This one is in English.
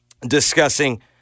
discussing